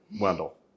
Wendell